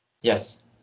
Yes